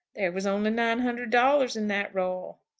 there was only nine hundred dollars in that roll.